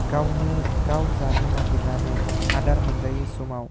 गावनो गाव जानो नागिरनानै आदार मोनजायै समाव